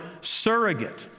surrogate